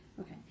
Okay